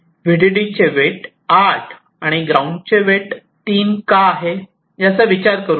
व्हिडीडी चे वेट 8 आणि ग्राउंड चे वेट 3 का आहे याचा विचार करू नका